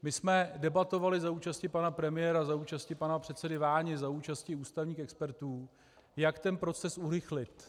My jsme debatovali za účasti pana premiéra, za účasti pana předsedy Váni, za účasti ústavních expertů, jak ten proces urychlit.